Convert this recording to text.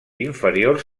inferiors